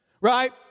Right